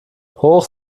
hoch